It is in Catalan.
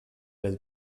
les